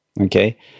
okay